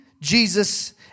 Jesus